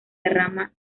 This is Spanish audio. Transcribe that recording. derrama